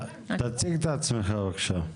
בבקשה, תציג את עצמך.